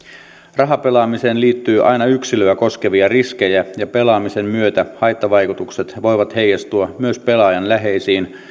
rahapelaamiseen liittyy aina yksilöä koskevia riskejä ja pelaamisen myötä haittavaikutukset voivat heijastua myös pelaajan läheisiin